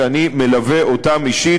שאני מלווה אותם אישית,